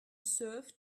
serve